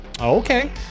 Okay